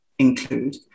include